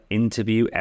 interview